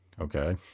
okay